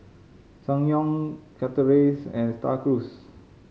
Ssangyong Chateraise and Star Cruise